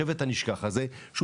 השבט הנשכח הזה,